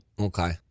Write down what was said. Okay